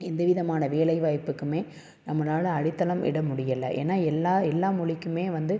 எந்த விதமான வேலை வாய்ப்புக்குமே நம்மளால் அடித்தளம் இட முடியலை ஏன்னால் எல்லா எல்லா மொழிக்குமே வந்து